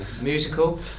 musical